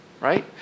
right